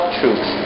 truth